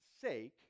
sake